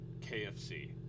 KFC